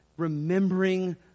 remembering